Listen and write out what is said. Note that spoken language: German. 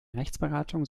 rechtsberatung